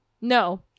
No